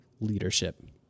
leadership